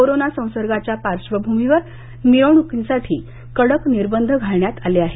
corona संसर्गाच्या पार्श्वभूमीवर मिरवणूकीसाठी कडक निर्बंध घालण्यात आले आहेत